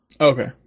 Okay